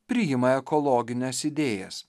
priima ekologines idėjas